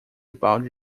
balde